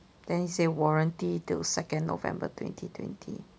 then he say warranty till second november twenty twenty